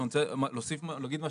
רצית לומר משהו?